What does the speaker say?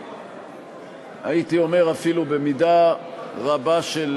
הייתי אומר אפילו במידה רבה של